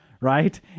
right